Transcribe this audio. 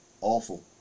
awful